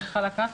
אני צריכה לקחת?